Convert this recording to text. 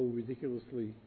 ridiculously